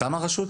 אתה מהרשות?